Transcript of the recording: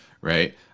right